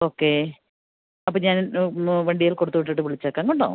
okay അപ്പം ഞാനൊന്ന് വണ്ടിയില് കൊടുത്ത് വിട്ടിട്ട് വിളിച്ചേക്കാം കേട്ടോ